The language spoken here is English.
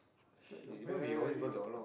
it's like a very old